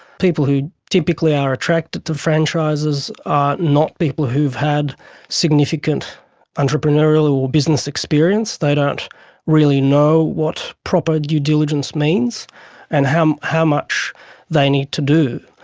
people who typically are attracted to franchises are not people who have had significant entrepreneurial or business they don't really know what proper due diligence means and how how much they need to do,